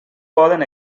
poden